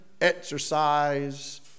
exercise